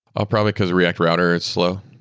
ah probably because react router is slow.